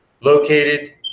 located